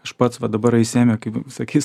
aš pats va dabar aisėmė sakys